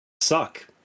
suck